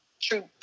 true